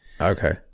Okay